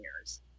years